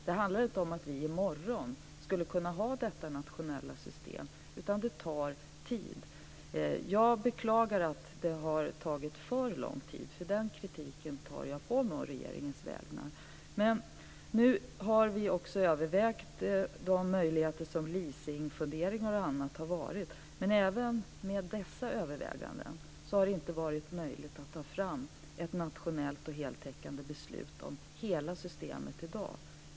Det handlar inte om att vi i morgon skulle kunna ha detta nationella system, utan det tar tid. Jag beklagar att det har tagit för lång tid. Den kritiken tar jag på mig å regeringens vägnar. Men nu har vi också övervägt de möjligheter som leasingförslag och annat har inneburit. Men inte heller med dessa överväganden har det varit möjligt att ta fram ett nationellt och heltäckande beslut om hela systemet i dag.